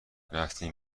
رفتیم